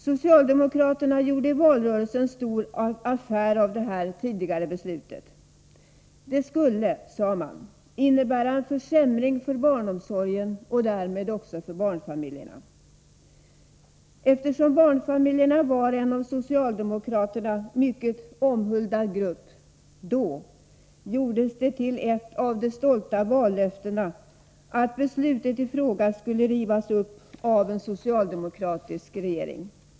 Socialdemokraterna gjorde i valrörelsen stor affär av det här tidigare beslutet. Det skulle, sade man, innebära en försämring för barnomsorgen och därmed också för barnfamiljerna. Eftersom barnfamiljerna då var en av socialdemokraterna mycket omhuldad grupp gjorde man till ett av de stoltaste vallöftena, att beslutet i fråga skulle rivas upp av en socialdemokratisk regering.